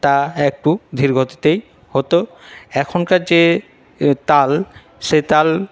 তা একটু ধীরগতিতেই হত এখনকার যে তাল সে তাল